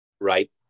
Right